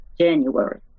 January